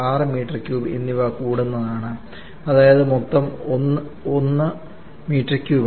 6 m3 എന്നിവ കൂടുന്നതാണ് അതായത് മൊത്തം 1 m3 ആണ്